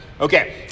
Okay